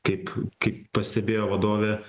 kaip kaip pastebėjo vadovė